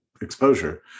exposure